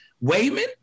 Wayman